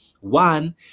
One